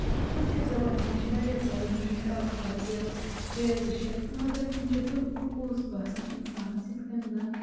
اَتھ کٲشِر زَبانہِ منٛز چھُ واریاہ زیادٕ میٖٹھۍ اَلفاظ یا پھرٛیزٕ چھےٚ تہٕ مگر تِم چھےٚ بِلکُل پوٚز باسان اِنسانَس یِتھ کَنۍ زَن